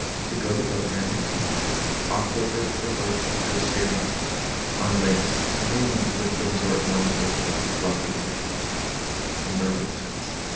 and to go to the boat landings and offload their their boats and to go spearing on lakes ringed with the resort homes of of wealthy americans in northern wisconsin